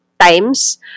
times